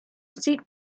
seat